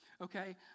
Okay